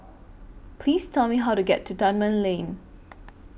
Please Tell Me How to get to Dunman Lane